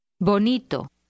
Bonito